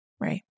Right